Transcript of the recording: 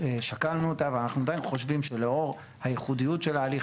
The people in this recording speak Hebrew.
שקלנו אותה ואנחנו עדיין חושבים שלאור הייחודיות של ההליך,